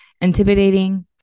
intimidating